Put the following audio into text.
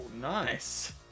nice